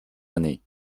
années